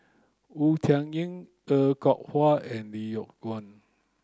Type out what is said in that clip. Wu Tsai Yen Er Kwong Wah and Lee Yock Suan